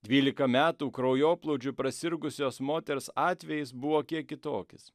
dvylika metų kraujoplūdžiu prasirgusios moters atvejis buvo kiek kitokis